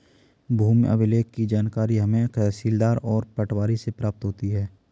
भूमि अभिलेख की जानकारी हमें तहसीलदार और पटवारी से प्राप्त होती है